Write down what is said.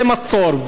זה מצור,